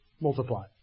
multiply